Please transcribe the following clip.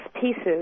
pieces